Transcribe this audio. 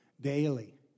daily